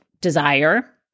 desire